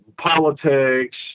politics